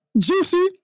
juicy